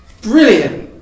brilliant